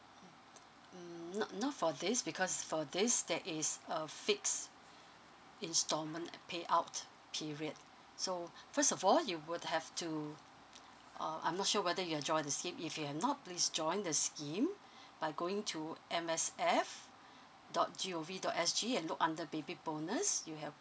mm mm not not for this because for this there is a fixed instalment payout period so first of all you would have to uh I'm not sure whether you have joined the scheme if you have not please join the scheme by going to M S F dot G O V dot S G and look under baby bonus you have